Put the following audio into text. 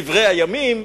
דברי הימים,